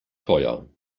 teuer